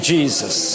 Jesus